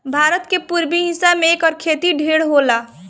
भारत के पुरबी हिस्सा में एकर खेती ढेर होला